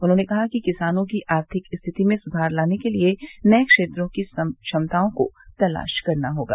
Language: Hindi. उन्होंने कहा कि किसानों की आर्थिक स्थिति में सुधार लाने के लिए नये क्षेत्रों की क्षमताओं को तलाश करना होगा